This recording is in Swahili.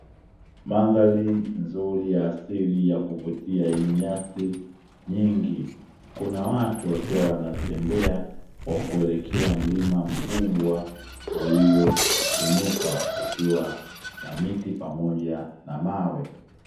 Mandhari nzuri ya asili ya kuvutia yenye nyasi nyingi, kuna watu wakiwa wanatembea kuelekea mlima mkubwa ulioinuka ukiwa na miti pamoja na mawe.